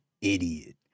idiot